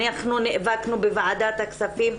אנחנו נאבקנו בוועדת הכספים,